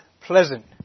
pleasant